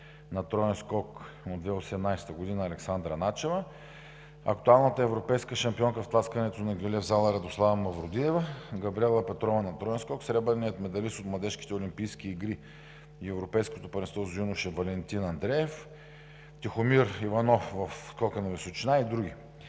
на троен скок от 2018 г. Александра Начева, актуалната европейска шампионка в тласкането на гюле в зала Радослава Мавродиева, на троен срок Габриела Петрова, сребърният медалист от Младежките олимпийски игри и Европейското първенство за юноши Валентин Андреев, Тихомир Иванов в скока на височина и други.